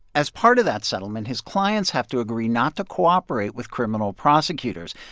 as part of that settlement, his clients have to agree not to cooperate with criminal prosecutors,